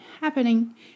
happening